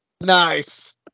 nice